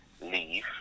leave